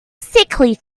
sickly